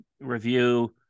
review